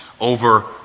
over